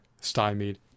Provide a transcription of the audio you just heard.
stymied